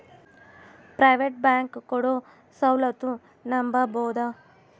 Private bank ಕೊಡೊ ಸೌಲತ್ತು ನಂಬಬೋದ?